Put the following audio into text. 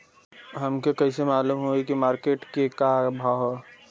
हमके कइसे मालूम होई की मार्केट के का भाव ह?